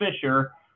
Fisher